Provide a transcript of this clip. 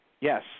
Yes